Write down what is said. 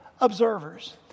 observers